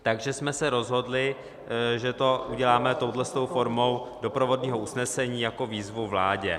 Takže jsme se rozhodli, že to uděláme touto formou doprovodného usnesení jako výzvu vládě.